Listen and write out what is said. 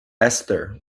esther